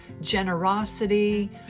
generosity